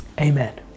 Amen